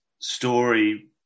story